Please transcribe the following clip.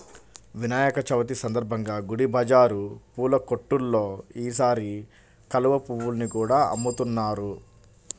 వినాయక చవితి సందర్భంగా గుడి బజారు పూల కొట్టుల్లో ఈసారి కలువ పువ్వుల్ని కూడా అమ్ముతున్నారు